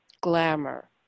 Glamour